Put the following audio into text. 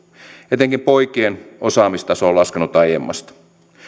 etenkin poikien osaamistaso on laskenut aiemmasta